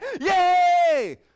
yay